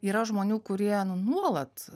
yra žmonių kurie nu nuolat